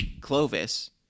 clovis